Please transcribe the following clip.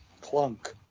Clunk